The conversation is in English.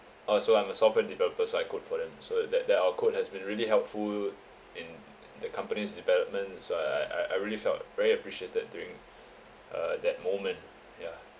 oh so I'm a software developer so I code for them so that that our code has been really helpful in the company's development so I I I really felt very appreciated during uh that moment yeah